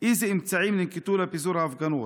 2. אילו אמצעים ננקטו לפיזור ההפגנות?